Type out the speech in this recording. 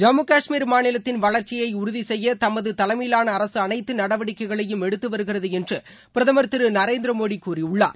ஜம்மு கஷ்மீர் மாநிலத்தின் வளர்ச்சியை உறுதி செய்ய தமது தலைமயிலான அரசு அனைத்து நடவடிக்கைகளையும் எடுத்து வருகிறது என்று பிரதமர் திரு நரேந்திர மோடி கூறியுள்ளார்